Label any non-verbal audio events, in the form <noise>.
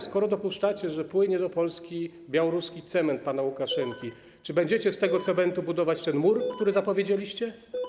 Skoro dopuszczacie, że płynie do Polski białoruski cement pana Łukaszenki, <noise> czy będziecie z tego cementu budować ten mur, który zapowiedzieliście?